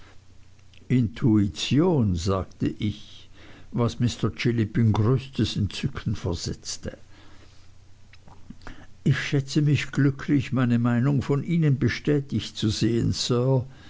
intuition sagte ich was mr chillip in größtes entzücken versetzte ich schätze mich glücklich meine meinung von ihnen bestätigt zu sehen sir